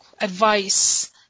advice